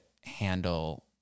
handle